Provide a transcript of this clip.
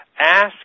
ask